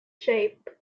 shape